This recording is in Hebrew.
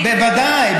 בוודאי,